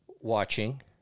watching